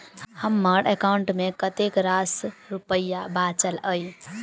हम्मर एकाउंट मे कतेक रास रुपया बाचल अई?